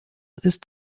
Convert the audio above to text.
ist